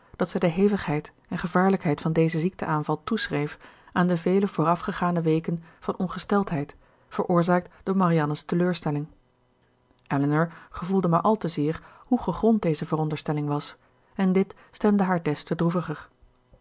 dat zij de hevigheid en gevaarlijkheid van dezen ziekte aanval toeschreef aan de vele voorafgegane weken van ongesteldheid veroorzaakt door marianne's teleurstelling elinor gevoelde maar al te zeer hoe gegrond deze veronderstelling was en dit stemde haar des te droeviger